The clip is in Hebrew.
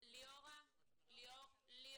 מה